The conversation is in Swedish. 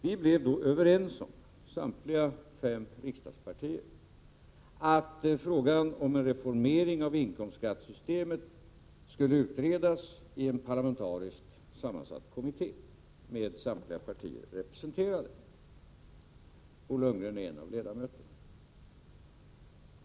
Vi blev då överens, samtliga fem riksdagspartier, om att frågan om en reformering av inkomstskattesystemet skulle utredas i en parlamentariskt sammansatt kommitté, med samtliga partier representerade. Bo Lundgren är en av ledamöterna i kommittén.